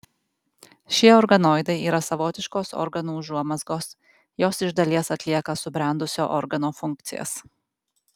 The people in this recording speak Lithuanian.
šie organoidai yra savotiškos organų užuomazgos jos iš dalies atlieka subrendusio organo funkcijas